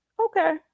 okay